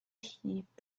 heap